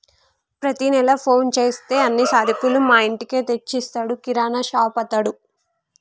ప్రతి నెల ఫోన్ చేస్తే అన్ని సరుకులు మా ఇంటికే తెచ్చిస్తాడు కిరాణాషాపతడు